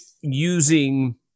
using